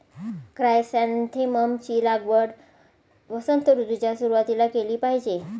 chrysanthemum ची लागवड वसंत ऋतूच्या सुरुवातीला केली पाहिजे